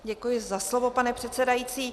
Děkuji za slovo, pane předsedající.